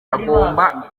agomba